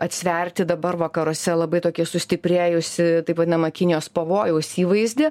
atsverti dabar vakaruose labai tokį sustiprėjusį taip vadinamą kinijos pavojaus įvaizdį